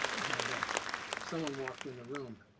and someone walked in the room,